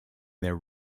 their